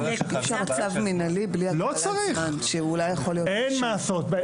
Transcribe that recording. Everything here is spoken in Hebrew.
החיים הם לא רק במידות זמן, אין מה לעשות.